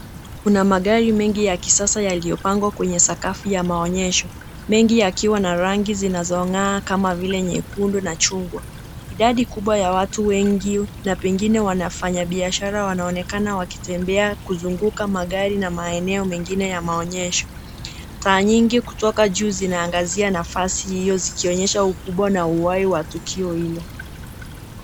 Kuna magari mengi ya kisasa yaliyopangwa kwenye sakafu ya maonyesho. Mengi yakiwa na rangi zinazong'aa kama vile nyekundu, na chungwa. Idadi kubwa ya watu wengi na pengine wafanyabiashara wanaonekana wakitembea kuzunguka magari na maeneo mengine ya maonyesho. Taa nyingi kutoka juu zinaangazia nafasi hiyo zikionyesha ukubwa na uhai wa tukio hilo.